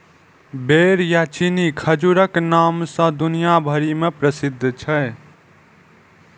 बेर या चीनी खजूरक नाम सं दुनिया भरि मे प्रसिद्ध छै